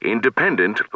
Independent